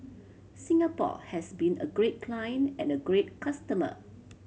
Singapore has been a great client and a great customer